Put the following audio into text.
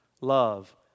love